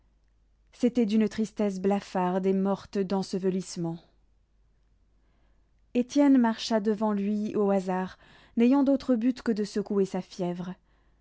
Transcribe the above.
c'était d'une tristesse blafarde et morte d'ensevelissement étienne marcha devant lui au hasard n'ayant d'autre but que de secouer sa fièvre